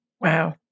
Wow